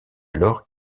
alors